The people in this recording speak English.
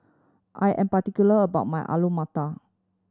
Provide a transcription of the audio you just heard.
I am particular about my Alu Matar